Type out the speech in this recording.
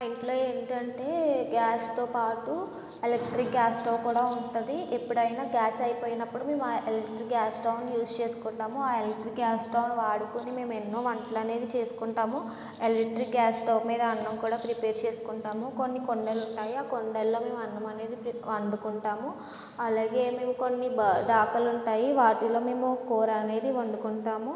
ఇంట్లో ఏంటంటే గ్యా స్తో పాటు ఎలక్ట్రిక్ గ్యాస్ స్టవ్ కూడా ఉంటుంది ఎప్పుడైనా గ్యాస్ అయిపోయినప్పుడు మేము ఆ ఎలక్ట్రిక్ గ్యాస్ స్టవ్ను యూస్ చేసుకుంటాము ఆ ఎలక్ట్రిక్ గ్యాస్ స్టవ్ను వాడుకుని మేము ఎన్నో వంటలు అనేది చేసుకుంటాము ఎలక్ట్రిక్ గ్యాస్ స్టవ్ మీద అన్నం కూడా ప్రిపేర్ చేసుకుంటాము కొన్ని కుండలు ఉంటాయి ఆ కుండల్లో మేము అన్నమనేది ప్రిపే వండుకుంటాము అలాగే మేము కొన్ని బ దాఖలుంటాయి వాటిల్లో మేము కూర అనేది వండుకుంటాము